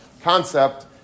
concept